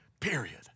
Period